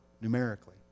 numerically